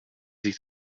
sich